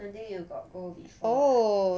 I think you got go before right